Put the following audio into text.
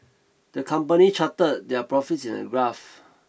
the company charted their profits in a graph